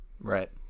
Right